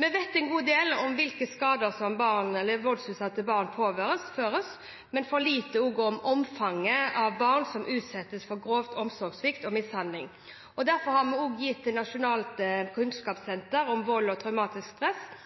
Vi vet en god del om hvilke skader som voldsutsatte barn påføres, men for lite om omfanget av barn som utsettes for grov omsorgssvikt og mishandling. Derfor har vi gitt Nasjonalt kunnskapssenter om vold og traumatisk stress